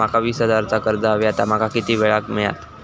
माका वीस हजार चा कर्ज हव्या ता माका किती वेळा क मिळात?